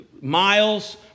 miles